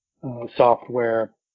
software